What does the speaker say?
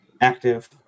Active